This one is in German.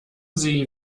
sie